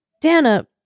Dana